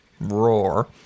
Roar